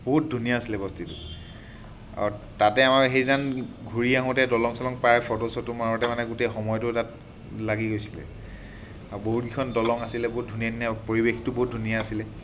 বহুত ধুনীয়া আছিলে বস্তিটো আৰু তাতে আমাক সেইদিনাখন ঘূৰি আহোঁতে দলং চলং পাই ফটো চটো মাৰোঁতে মানে গোটেই সময়টো তাত লাগি গৈছিলে আৰু বহুতকেইখন দলং আছিলে বহুত ধুনীয়া ধুনীয়া পৰিৱেশটো বহুত ধুনীয়া আছিলে